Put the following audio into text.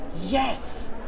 yes